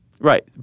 right